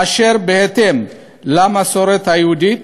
אשר בהתאם למסורת היהודית